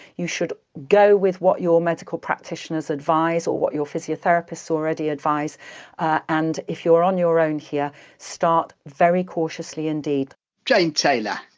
you should go with what your medical practitioners advise or what your physiotherapists already advise and if you're on your own here start very cautiously indeed jane taylor.